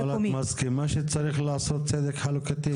אבל את מסכימה שצריך לעשות צדק חלוקתי?